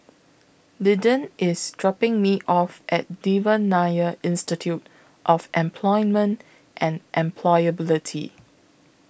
Linden IS dropping Me off At Devan Nair Institute of Employment and Employability